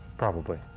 probably.